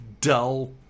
dull